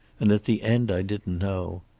and at the end i didn't know.